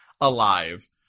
alive